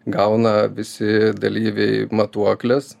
gauna visi dalyviai matuokles